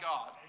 God